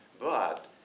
but